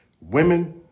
Women